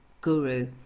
guru